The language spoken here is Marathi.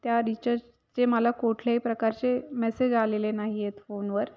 त्या रिचार्जचे मला कोठल्याही प्रकारचे मेसेज आलेले नाही आहेत फोनवर